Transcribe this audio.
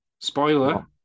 Spoiler